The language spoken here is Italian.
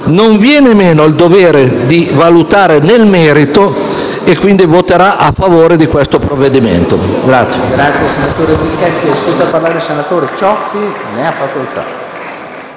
non viene meno al dovere di valutare nel merito e quindi voterà a favore di questo provvedimento.